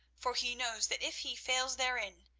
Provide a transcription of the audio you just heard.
for he knows that if he fails therein,